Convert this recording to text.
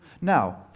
Now